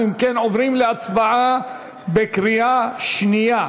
אם כן, אנחנו עוברים להצבעה בקריאה שנייה.